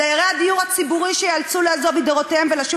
דיירי הדיור הציבורי שייאלצו לעזוב את דירותיהם ולשוב